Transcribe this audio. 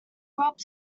robbed